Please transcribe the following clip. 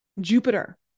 Jupiter